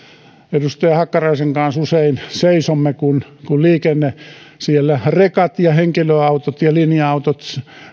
edustaja hakkaraisen kanssa usein seisomme kun kun siellä rekat ja henkilöautot ja linja autot